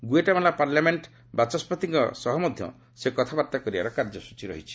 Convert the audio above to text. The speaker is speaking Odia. ଗୁଏଟମାଲା ପାର୍ଲାମେଣ୍ଟ ବାଚସ୍ୱତିଙ୍କ ସହ ମଧ୍ୟ ସେ କଥାବାର୍ତ୍ତା କରିବାର କାର୍ଯ୍ୟସ୍ଟଚୀ ରହିଛି